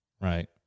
right